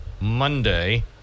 Monday